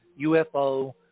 UFO